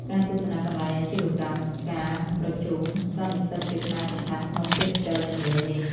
ការទស្សនាកន្លែងអាជីវកម្ម និងការប្រជុំសន្និសីទជាផ្នែកសំខាន់ក្នុងទេសចរណ៍ជំនួញនេះ។